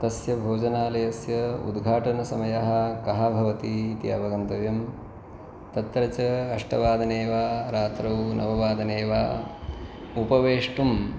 तस्य भोजनालयस्य उद्घाटनसमयः कः भवति इति अवगन्तव्यं तत्र च अष्टवादने वा रात्रौ नववादने वा उपवेष्टुं